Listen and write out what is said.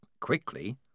quickly